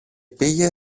πήγε